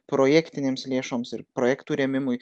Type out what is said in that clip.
projektinėms lėšoms ir projektų rėmimui